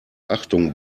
achtung